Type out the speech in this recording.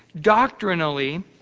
Doctrinally